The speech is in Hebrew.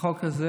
שהחוק הזה,